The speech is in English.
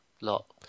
lot